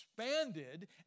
expanded